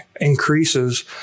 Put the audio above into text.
increases